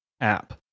app